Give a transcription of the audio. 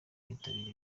bitabiriye